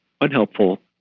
unhelpful